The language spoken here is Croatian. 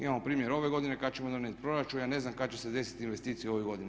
Imamo primjer ove godine kad ćemo donijeti proračuna, ja ne znam kad će se desiti investicije u ovoj godini.